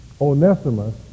Onesimus